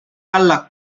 alla